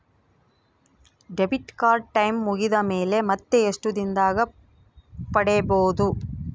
Debit card time ಮುಗಿದ ಮೇಲೆ ಮತ್ತೆ ಎಷ್ಟು ದಿನದಾಗ ಪಡೇಬೋದು?